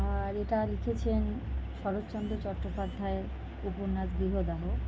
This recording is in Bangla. আর এটা লিখেছেন শরৎচন্দ্র চট্টোপাধ্যায়ের উপন্যাস গৃহদাহ